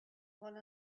one